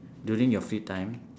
during your free time